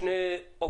מטר ללול לשתי עופות,